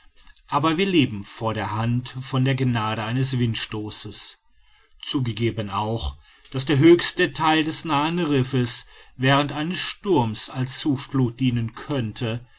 aber wir leben vor der hand von der gnade eines windstoßes zugegeben auch daß der höchste theil des nahen riffes während eines sturmes als zuflucht dienen könnte